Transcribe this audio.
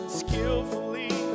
skillfully